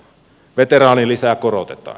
veteraanilisää korotetaan